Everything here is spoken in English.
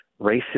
racist